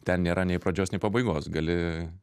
ten nėra nei pradžios nei pabaigos gali